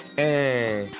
hey